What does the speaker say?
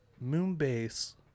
Moonbase